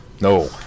No